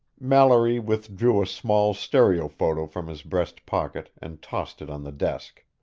mallory withdrew a small stereophoto from his breast pocket and tossed it on the desk.